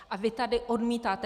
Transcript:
A vy tady odmítáte...